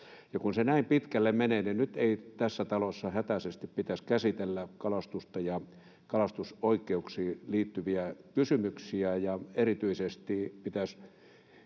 Kun se näin pitkälle menee, niin nyt ei tässä talossa pitäisi käsitellä kalastusta ja kalastusoikeuksiin liittyviä kysymyksiä hätäisesti,